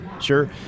sure